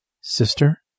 Sister